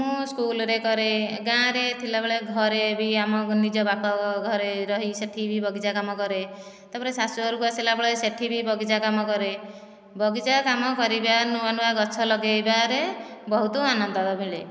ମୁଁ ସ୍କୁଲରେ କରେ ଗାଁରେ ଥିଲାବେଳେ ଘରେ ବି ଆମ ନିଜ ବାପା ଘରେ ରହି ସେଠି ବି ବଗିଚା କାମ କରେ ତାପରେ ଶାଶୁଘରକୁ ଆସିଲା ପରେ ସେଠି ବି ବଗିଚା କାମ କରେ ବଗିଚା କାମ କରିବା ନୂଆ ନୂଆ ଗଛ ଲଗାଇବାରେ ବହୁତ ଆନନ୍ଦ ମିଳେ